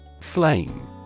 Flame